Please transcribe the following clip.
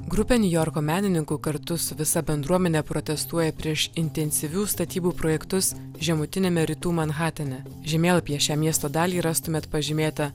grupė niujorko menininkų kartu su visa bendruomene protestuoja prieš intensyvių statybų projektus žemutiniame rytų manhatene žemėlapyje šią miesto dalį rastumėt pažymėtą